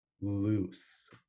loose